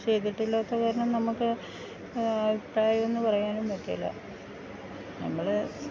ചെയ്തിട്ടില്ലാത്ത കാരണം നമുക്ക് അഭിപ്രായം എന്ന് പറയാനും പറ്റില്ല നമ്മള്